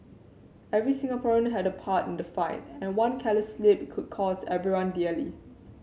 every Singaporean had a part in the fight and one careless slip could cost everyone dearly